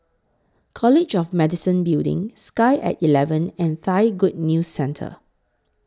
College of Medicine Building Sky At eleven and Thai Good News Centre